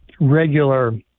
regular